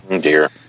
dear